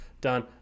done